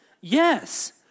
yes